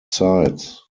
sites